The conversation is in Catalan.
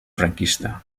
franquista